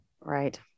Right